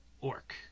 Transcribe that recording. orc